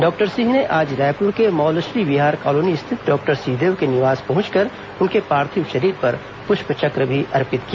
doctor Singh ने आज रायपुर के मौलश्री विहार कॉलोनी स्थित डॉक्टर सिंहदेव के निवास पहुंचकर उनके पार्थिव शरीर पर पुष्प चक्र भी अर्पित किया